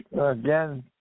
again